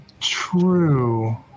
True